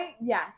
Yes